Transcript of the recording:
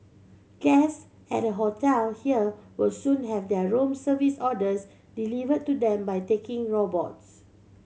guests at a hotel here will soon have their room service orders delivered to them by talking robots